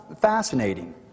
fascinating